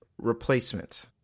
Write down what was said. replacement